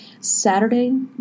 Saturday